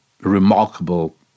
remarkable